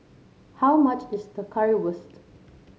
how much is Currywurst